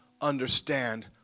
understand